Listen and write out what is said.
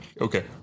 Okay